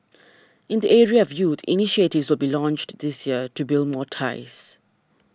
in the area of youth initiatives will be launched this year to build more ties